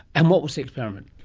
and what was the experiment?